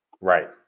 Right